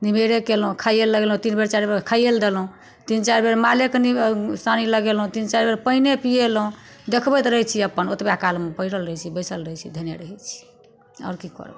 निमेरे कयलहुँ खाइए लगलहुँ तीन बेर चारि बेर खाइए लऽ देलहुँ तीन चारि बेर मालेके सानी लगेलहुँ तीन चारि बेर पानिए पिएलहुँ देखबैत रहै छियै अपन ओतबे कालमे पड़ल रहैत छी बैसल रहैत छी धयने रहैत छी आओर की करब